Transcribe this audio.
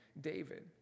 David